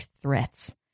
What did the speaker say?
threats